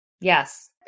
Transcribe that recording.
Yes